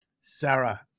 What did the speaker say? Sarah